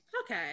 Okay